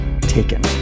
taken